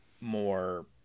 more